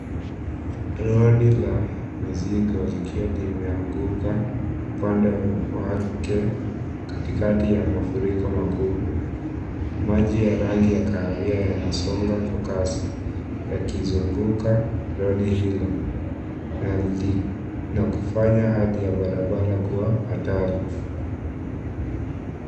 Lori la mizigo likiwa limeanguka upande wake katikati ya mafuriko makubwa. Maji ya rangi ya kahawia yanasonga kwa kasi yakizunguka lori hilo na kufanya hali ya barabara kuwa hatari.